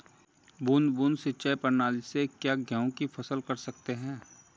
बूंद बूंद सिंचाई प्रणाली से क्या गेहूँ की फसल कर सकते हैं?